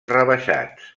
rebaixats